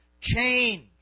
Change